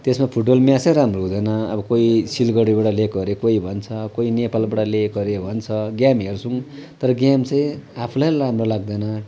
त्यसमा फुटबल म्याचै राम्रो हुँदैन अब कोही सिलगडीबाट लिएको अरे कोही भन्छ कोही नेपालबाट लिएको अरे भन्छ गेम हेर्छौँ तर गेम चाहिँ आफूलाई नै राम्रो लाग्दैन